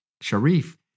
Sharif